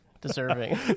Deserving